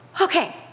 Okay